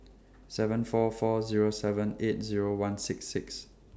seven four four Zero seven eight Zero one six six